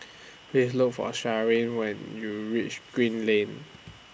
Please Look For Sharleen when YOU REACH Green Lane